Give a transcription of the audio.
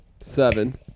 seven